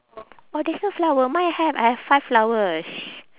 orh there's no flower mine have I have five flowers